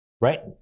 right